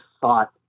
thought